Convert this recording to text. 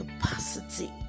capacity